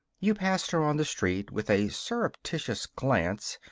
you passed her on the street with a surreptitious glance,